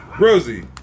Rosie